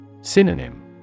Synonym